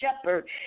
shepherd